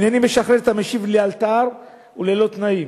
הנני משחרר את המשיב לאלתר וללא תנאים.